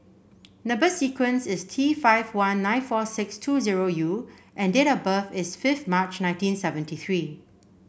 number sequence is T five one nine four six two zero U and date of birth is fifth March nineteen seventy three